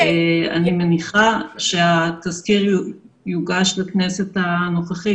אני מניחה שהתזכיר יוגש לכנסת הנוכחית.